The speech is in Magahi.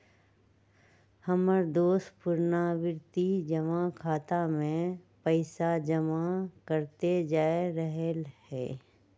हमर दोस पुरनावृति जमा खता में पइसा जमा करइते जा रहल हइ